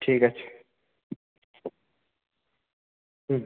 ঠিক আছে হুম